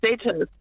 status